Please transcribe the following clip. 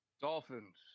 Dolphins